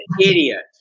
idiot